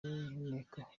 y’inteko